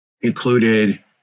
included